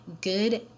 good